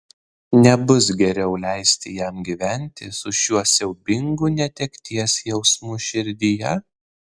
nebus geriau leisti jam gyventi su šiuo siaubingu netekties jausmu širdyje